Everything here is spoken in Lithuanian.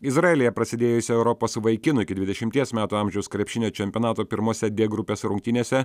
izraelyje prasidėjusio europos vaikinų iki dvidešimties metų amžiaus krepšinio čempionato pirmose dė grupės rungtynėse